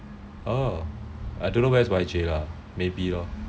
oh I don't know where's Y_J ah maybe lor